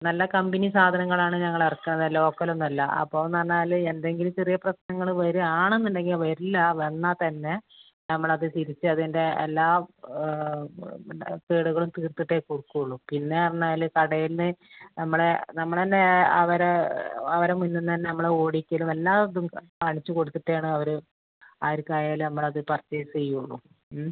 നല്ല കമ്പനി സാധനങ്ങളാണ് ഞങ്ങൾ ഇറക്കുന്നത് ലോക്കലൊന്നും അല്ല അപ്പോഴെന്ന് പറഞ്ഞാല് എന്തെങ്കിലും ചെറിയ പ്രശ്നങ്ങള് വരികയാണെന്നുണ്ടെങ്കിൽ വരില്ല വന്നാൽ തന്നെ നമ്മളത് തിരിച്ചതിൻ്റെ എല്ലാ പിന്നെ കേടുകളും തീർത്തിട്ടേ കൊടുക്കുള്ളു പിന്നേന്ന് പറഞ്ഞാൽ കടയിൽ നിന്ന് നമ്മളെ നമ്മൾ തന്നെ അവരേ അവരുടെ മുന്നിൽ നിന്ന് തന്നെ നമ്മൾ ഓടിക്കലും എല്ലാ അതും കാണിച്ച് കൊടുത്തിട്ടാണവര് ആർക്കായാലും നമ്മളത് പർച്ചേസ് ചെയ്യുകയുള്ളു ഉം